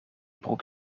broek